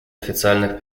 официальных